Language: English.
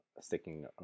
sticking